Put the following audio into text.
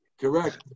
Correct